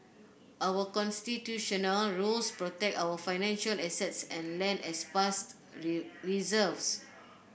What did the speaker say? our Constitutional rules protect our financial assets and land as past reserves